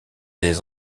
des